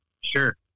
Sure